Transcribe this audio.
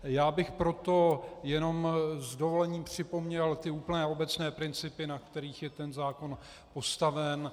Já bych proto jenom s dovolením připomněl úplné obecné principy, na kterých je zákon postaven.